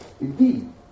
Indeed